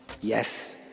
Yes